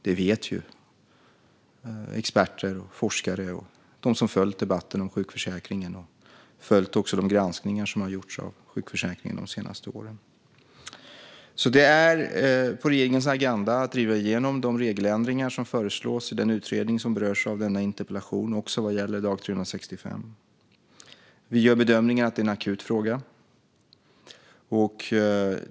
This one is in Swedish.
Det vet experter, forskare och de som följt debatten om sjukförsäkringen och följt de granskningar som gjorts av sjukförsäkringen de senaste åren. Det står på regeringens agenda att driva igenom de regeländringar som föreslås i den utredning som berörs av denna interpellation, även vad gäller dag 365. Vi gör bedömningen att det är en akut fråga.